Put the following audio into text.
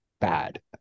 bad